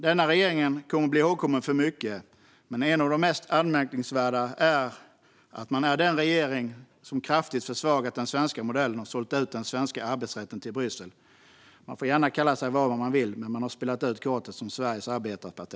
Denna regering kommer att bli ihågkommen för mycket. Men något av det mest anmärkningsvärda är att man är den regering som kraftigt har försvagat den svenska modellen och sålt ut den svenska arbetsrätten till Bryssel. Man får gärna kalla sig vad man vill. Men man har spelat ut kortet som Sveriges arbetarparti.